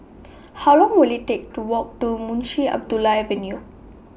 How Long Will IT Take to Walk to Munshi Abdullah Avenue